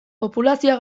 populazioa